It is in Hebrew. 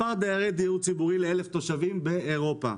מספר דיירי הדיור ציבורי לאלף תושבים באירופה,